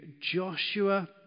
Joshua